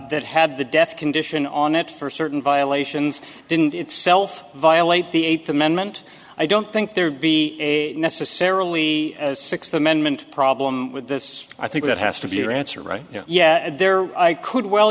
that had the death condition on it for certain violations didn't itself violate the eighth amendment i don't think there'd be a necessarily sixth amendment problem with this i think that has to be your answer right yeah yeah there i could well